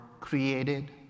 created